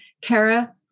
Kara